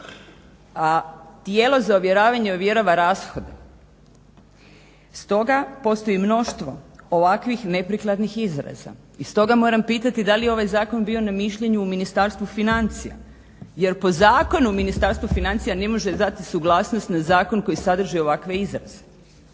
a tijelo za uvjeravanje ovjerava rashode. Stoga postoji mnoštvo ovakvih neprikladnih izraza. I stoga moram pitati da li je ovaj zakon bio na mišljenju u Ministarstvu financija jer po zakonu Ministarstvo financija ne može dati suglasnost na zakon koji sadrži ovakve izraze.